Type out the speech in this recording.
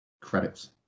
Credits